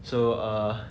so err